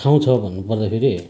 ठाउँ छ भन्नु पर्दाखेरि